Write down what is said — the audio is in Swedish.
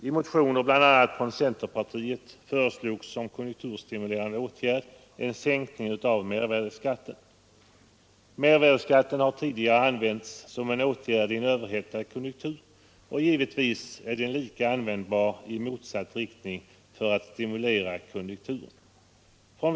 I motioner bl.a. från centerpartiet föreslogs som konjunkturstimulerande åtgärd en sänkning av momsen. Mervärdeskatten har tidigare använts som instrument för att dämpa efterfrågan i en överhettad konjunktur, och givetvis är den lika användbar i motsatt riktning — för att stimulera konjunkturen.